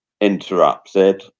interrupted